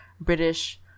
british